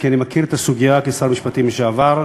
כי אני מכיר את הסוגיה כשר משפטים לשעבר.